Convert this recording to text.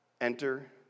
Enter